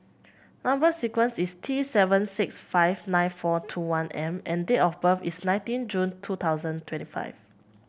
number sequence is T seven six five nine four two one M and date of birth is seventeen June two thousand twenty five